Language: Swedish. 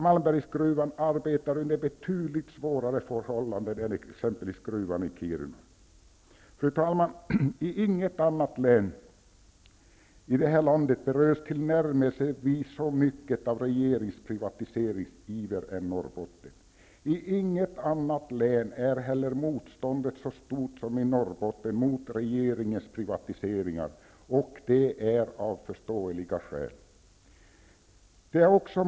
Malmbergsgruvan arbetar under betydligt svårare förhållanden än exempelvis gruvan i Kiruna. Fru talman! Inget annat län i det här landet berörs tillnärmelsevis så mycket av regeringens privatiseringsiver som Norrbotten. I inget annat län är heller motståndet så stort som i Norrbotten mot regeringens privatiseringar, och det av förståeliga skäl.